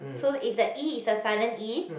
so if the E is a silent E